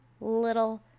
little